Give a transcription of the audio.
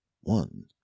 One